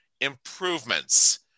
improvements